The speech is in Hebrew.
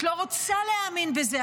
את לא רוצה להאמין בזה.